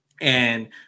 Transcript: and-